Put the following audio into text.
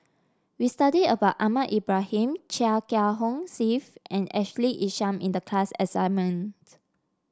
we studied about Ahmad Ibrahim Chia Kiah Hong Steve and Ashley Isham in the class assignment